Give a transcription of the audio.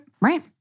Right